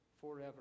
forever